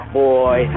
boy